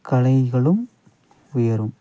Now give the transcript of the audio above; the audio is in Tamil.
கலைகளும் உயரும்